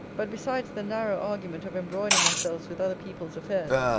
but, besides the narrow argument of embroiling ourselves with other people's affairs,